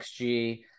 XG